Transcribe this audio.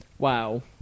Wow